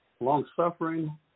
Longsuffering